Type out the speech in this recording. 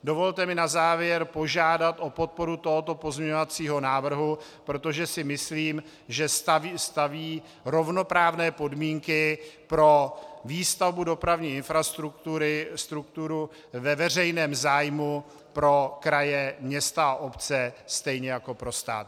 Dovolte mi na závěr požádat o podporu tohoto pozměňovacího návrhu, protože si myslím, že staví rovnoprávné podmínky pro výstavbu dopravní infrastruktury ve veřejném zájmu pro kraje, města a obce stejně jak pro stát.